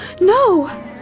No